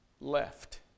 left